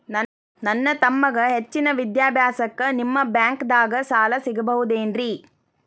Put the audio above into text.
ನನ್ನ ತಮ್ಮಗ ಹೆಚ್ಚಿನ ವಿದ್ಯಾಭ್ಯಾಸಕ್ಕ ನಿಮ್ಮ ಬ್ಯಾಂಕ್ ದಾಗ ಸಾಲ ಸಿಗಬಹುದೇನ್ರಿ?